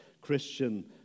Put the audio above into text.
Christian